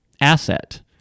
asset